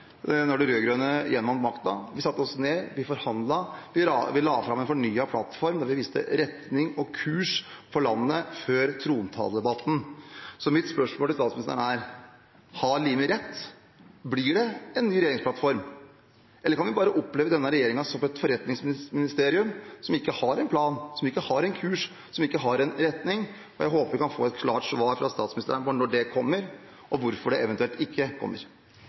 de rød-grønne gjenvant makten, satte vi oss ned, vi forhandlet, vi la fram en fornyet plattform der vi viste retning og kurs for landet, før trontaledebatten. Mitt spørsmål til statsministeren er: Har Limi rett? Blir det en ny regjeringsplattform, eller kan vi bare oppleve denne regjeringen som et forretningsministerium som ikke har en plan, som ikke har en kurs, som ikke har en retning? Jeg håper vi kan få et klart svar fra statsministeren på når det kommer, og eventuelt hvorfor det ikke kommer.